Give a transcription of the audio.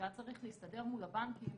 שהיה צריך להסתדר מול הבנקים,